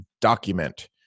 document